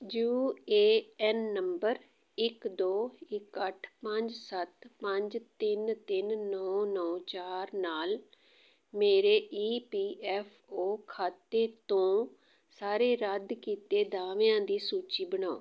you A N number ਇੱਕ ਦੋ ਇੱਕ ਅੱਠ ਪੰਜ ਸੱਤ ਪੰਜ ਤਿੰਨ ਤਿੰਨ ਨੌ ਨੌ ਚਾਰ ਨਾਲ ਮੇਰੇ ਈ ਪੀ ਐੱਫ ਓ ਖਾਤੇ ਤੋਂ ਸਾਰੇ ਰੱਦ ਕੀਤੇ ਦਾਅਵਿਆਂ ਦੀ ਸੂਚੀ ਬਣਾਓ